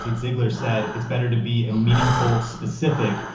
like ziglar said, it's better to be a meaningful specific,